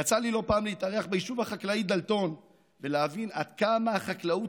יצא לי לא פעם להתארח ביישוב החקלאי דלתון ולהבין עד כמה החקלאות